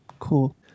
cool